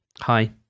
Hi